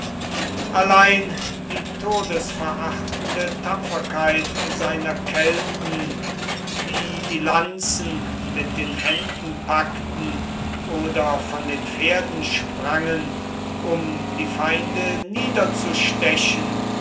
allein die todesverachtende tapferkeit seiner kelten die die lanzen mit den händen packten oder von den pferden sprangen um die feinde